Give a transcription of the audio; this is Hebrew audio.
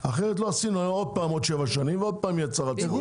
אחרת עוד פעם עוד שבע שנים ועוד פעם צרה צרורה.